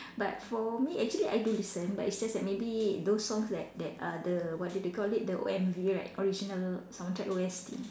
but for me actually I do listen but it's just that maybe those songs that that are the what do they call it the O M_V right original soundtrack O_S_T